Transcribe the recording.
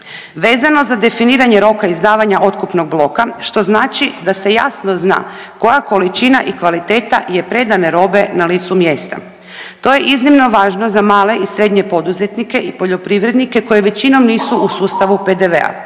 Vezano za definiranje roka izdavanja otkupnog bloka što znači da se jasno zna koja količina i kvaliteta je predane robe na licu mjesta. To je iznimno važno za male i srednje poduzetnike i poljoprivrednike koji većinom nisu u sustavu PDV-a.